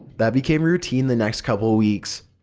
that became routine the next couple weeks,